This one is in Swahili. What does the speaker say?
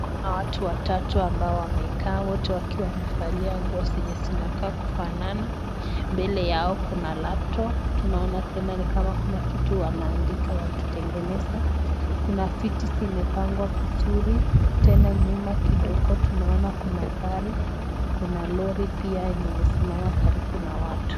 Kuna watu watatu ambao wamekaa. Wote wakiwa wamevalia nguo zenye zinakaa kufanana. Mbele yao kuna laptop . Tunaona tena ni kama kuna kitu wanaandika wakitengeneza. Kuna viti zimepangwa vizuri. Tena nyuma kidogo tunaona kuna gari, kuna lori pia enye imesimama karibu na watu.